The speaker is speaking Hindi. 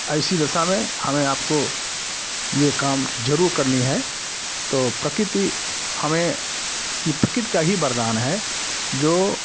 ऐसी दशा में हमें आपको ये काम जरुर करनी है तो प्रकति हमें ये प्रकृति का ही वरदान है जो